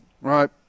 right